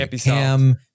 Cam